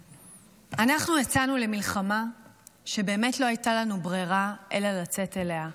אנחנו יצאנו למלחמה כשבאמת לא הייתה לנו ברירה אלא לצאת אליה,